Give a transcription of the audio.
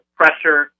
pressure